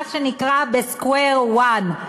מה שנקרא ב-square one,